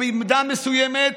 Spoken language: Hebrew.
ובמידה מסוימת